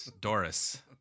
Doris